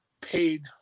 paid